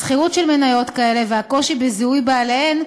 הסחירות של מניות כאלה והקושי בזיהוי בעליהן,